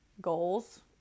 goals